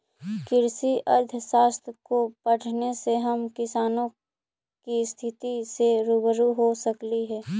कृषि अर्थशास्त्र को पढ़ने से हम किसानों की स्थिति से रूबरू हो सकली हे